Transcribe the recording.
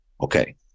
Okay